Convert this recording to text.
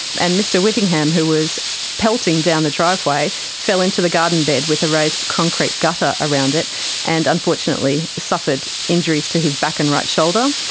and mr whittingham who was pelting down the driveway fell into the garden bed with a raised concrete gutter around and unfortunately suffered injuries to his back and right shoulder.